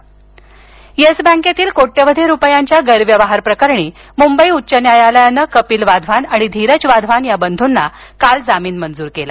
Wadhawan Yes बँकेतील कोट्यवधी रुपयांच्या गैरव्यवहारप्रकरणी मुंबई उच्च न्यायालयानं कपिल वाधवान आणि धीरज वाधवान या बंधूंना काल जामीन मंजूर केला